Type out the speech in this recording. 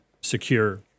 secure